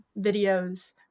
videos